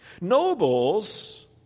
Nobles